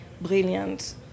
brilliant